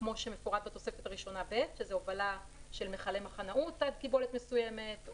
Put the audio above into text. כמו שמפורט בתוספת הראשונה ב' הובלה של מכלי מחנאות עד קיבולת מסוימת.